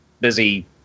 busy